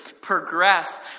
progress